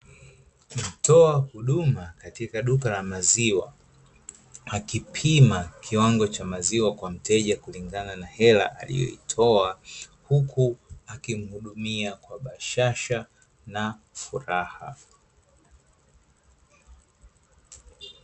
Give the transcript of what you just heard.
Mtoa huduma katika duka la maziwa, akipima kiwango cha maziwa kwa mteja kulingana na ela aliyoitoa, huku akimhudumia kwa bashasha na furaha.